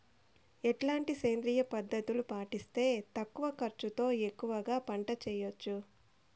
ఎట్లాంటి సేంద్రియ పద్ధతులు పాటిస్తే తక్కువ ఖర్చు తో ఎక్కువగా పంట చేయొచ్చు?